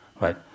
right